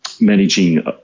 managing